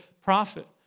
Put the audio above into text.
prophet